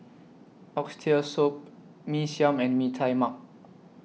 Oxtail Soup Mee Siam and Mee Tai Mak